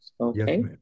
Okay